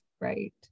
right